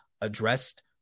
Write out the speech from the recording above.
addressed